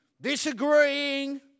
disagreeing